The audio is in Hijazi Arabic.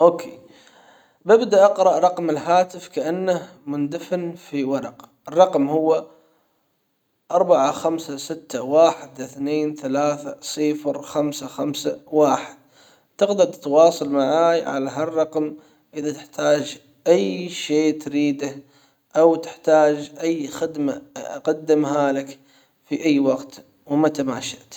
اوكي ما ببدأ اقرأ رقم الهاتف كانه مندفن في ورقة الرقم هو اربعة خمسة ستة واحد اثنين ثلاثة صفر خمسة خمسة واحد. تقدر تتواصل معاي على هالرقم اذا تحتاج اي شيء تريده او تحتاج اي خدمة اقدمها لك في اي وقت ومتى ما شئت.